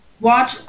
watch